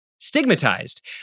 stigmatized